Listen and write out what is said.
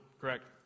correct